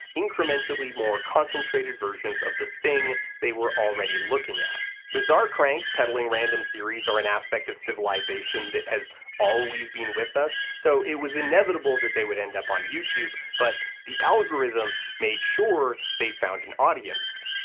incrementally more concentrated versions of the thing they were already looking at. bizarre cranks peddling random theories are an aspect of civilization that has always been with us, so it was inevitable that they would end up on youtube, but the algorithm made sure they found an audience.